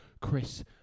Chris